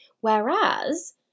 Whereas